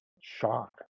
shock